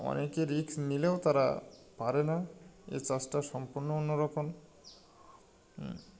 অনেকে রিস্ক নিলেও তারা পারে না এ চাষটা সম্পূর্ণ অন্যরকম